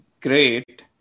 great